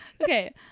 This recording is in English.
Okay